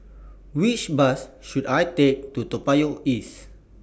Which Bus should I Take to Toa Payoh East